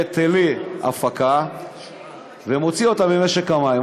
היטלי הפקה ומוציא אותם ממשק המים.